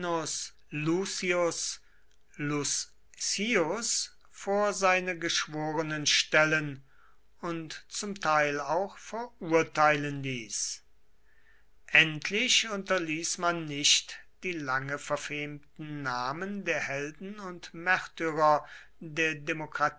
vor seine geschworenen stellen und zum teil auch verurteilen ließ endlich unterließ man nicht die lange verfemten namen der helden und märtyrer der demokratie